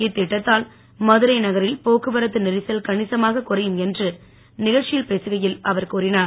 இத்திட்டத்தால் மதுரை நகரில் போக்குவரத்து நெரிசல் கணிசமாகக் குறையும் என்று நிகழ்ச்சியில் பேசுகையில் அவர் கூறினார்